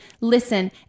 listen